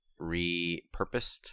repurposed